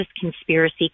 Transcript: conspiracy